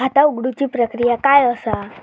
खाता उघडुची प्रक्रिया काय असा?